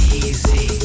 easy